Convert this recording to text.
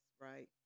right